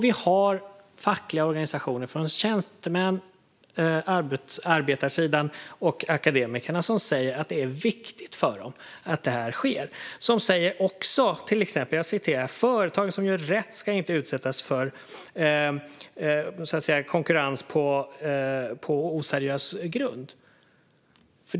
Vi har fackliga organisationer för tjänstemän, arbetarsidan och akademiker som säger att det är viktigt för dem att detta sker. De säger också att företag som gör rätt inte ska utsättas för konkurrens på oseriös grund.